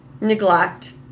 neglect